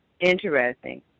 interesting